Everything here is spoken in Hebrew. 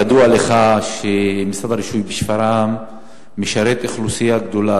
ידוע לך שמשרד הרישוי בשפרעם משרת אוכלוסייה גדולה,